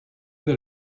del